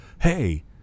hey –